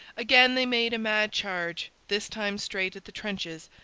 again they made a mad charge, this time straight at the trenches.